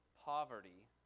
poverty